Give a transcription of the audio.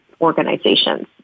organizations